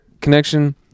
connection